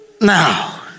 Now